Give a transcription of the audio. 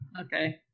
okay